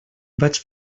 vaig